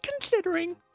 considering